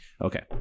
Okay